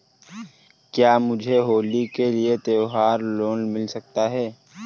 क्या मुझे होली के लिए त्यौहार लोंन मिल सकता है?